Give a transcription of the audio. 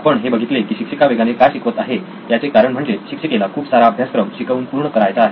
आपण हे बघितले की शिक्षिका वेगाने का शिकवत आहे याचे कारण म्हणजे शिक्षिकेला खूप सारा अभ्यासक्रम शिकवून पूर्ण करायचा आहे